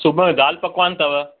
सुबुहु दाल पकवान अथव